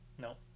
No